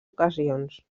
ocasions